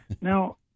Now